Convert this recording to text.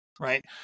right